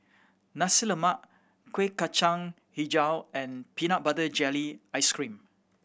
Nasi Lemak Kueh Kacang Hijau and peanut butter jelly ice cream